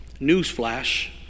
newsflash